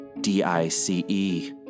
D-I-C-E